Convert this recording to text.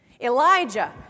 Elijah